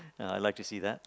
and I'll like to see that